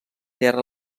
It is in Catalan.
terra